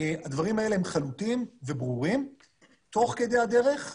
היה זול יותר לצרכן החשמל הישראלי.